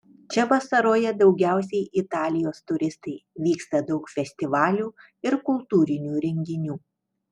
čia vasaroja daugiausiai italijos turistai vyksta daug festivalių ir kultūrinių renginių